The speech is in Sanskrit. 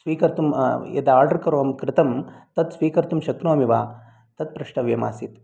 स्वीकर्तुं यत् आर्डर् कृतं तत् स्वीकर्तुं शक्नोमि वा तत् प्रष्टव्यम् आसीत्